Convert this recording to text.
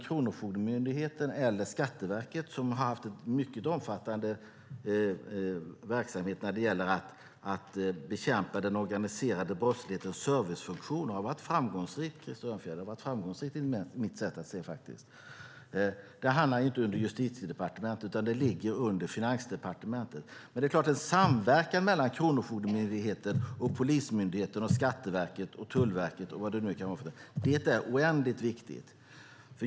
Kronofogdemyndigheten och Skatteverket har haft en mycket omfattande verksamhet när det gäller att bekämpa den organiserade brottslighetens servicefunktion, och den har varit framgångsrik, enligt mitt sätt att se det, Krister Örnfjäder. De ligger inte under Justitiedepartementet utan under Finansdepartementet. En samverkan mellan Kronofogdemyndigheten, polismyndigheten, Skatteverket, Tullverket och vad det nu kan vara är oändligt viktig.